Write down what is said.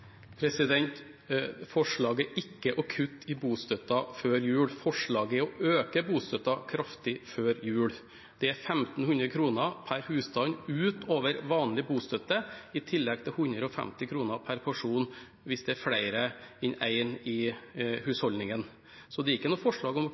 Forslaget er ikke å kutte i bostøtten før jul; forslaget er å øke bostøtten kraftig før jul. Det er 1 500 kr per husstand utover vanlig bostøtte, i tillegg til 150 kr per person hvis det er flere enn én i